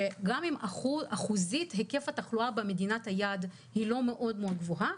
שגם אם אחוזית היקף התחלואה במדינת היעד היא לא מאוד גבוהה,